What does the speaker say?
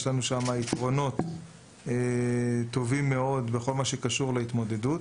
יש לנו שם יתרונות טובים מאוד בכל מה שקשור להתמודדות.